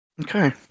Okay